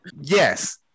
Yes